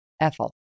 Ethel